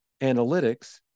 analytics